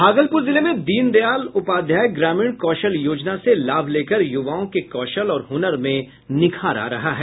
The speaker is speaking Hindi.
भागलपूर जिले में दीनदयाल उपाध्याय ग्रामीण कौशल योजना से लाभ लेकर यूवाओं के कौशल और हनर में निखार आ रहा है